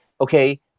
okay